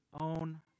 own